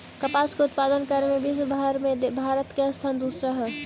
कपास के उत्पादन करे में विश्वव भर में भारत के स्थान दूसरा हइ